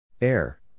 Air